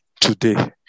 today